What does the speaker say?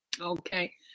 Okay